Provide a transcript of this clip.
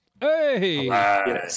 Hey